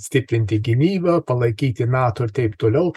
stiprinti gynybą palaikyti nato ir taip toliau